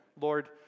Lord